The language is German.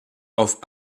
auf